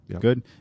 Good